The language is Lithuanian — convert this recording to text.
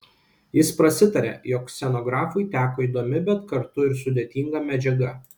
jis prasitarė jog scenografui teko įdomi bet kartu ir sudėtinga medžiaga